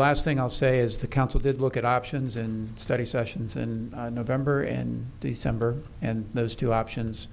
last thing i'll say is the council did look at options and study sessions and november and december and those two options